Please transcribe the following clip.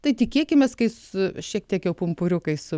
tai tikėkimės kai su šiek tiek pumpuriukais